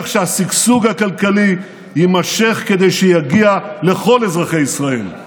שהשגשוג הכלכלי יימשך כדי שיגיע לכל אזרחי ישראל.